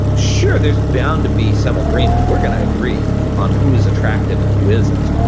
sure there's bound to be some agreement. we're going to agree on who is attractive and who isn't.